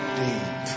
deep